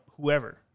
whoever